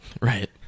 Right